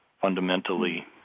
fundamentally